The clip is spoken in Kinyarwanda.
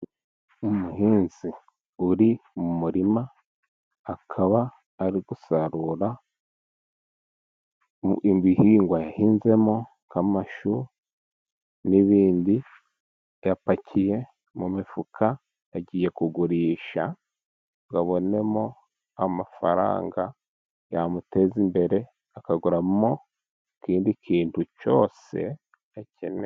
Umuhinzi uri mu murima, akaba ari gusarura ibihingwa yahinzemo, nk'amashu n'ibindi, yapakiye mu mifuka agiye kugurisha ngo abonemo amafaranga yamuteza imbere, akaguramo ikindi kintu cyose akeneye.